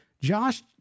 Josh